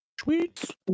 Tweets